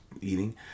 eating